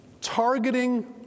targeting